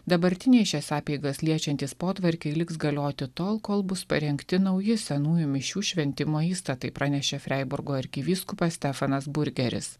dabartiniai šias apeigas liečiantys potvarkiai liks galioti tol kol bus parengti nauji senųjų mišių šventimo įstatai pranešė freiburgo arkivyskupas stefanas burgeris